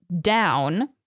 Down